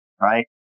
right